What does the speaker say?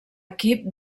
equip